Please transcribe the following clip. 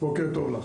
בוקר טוב.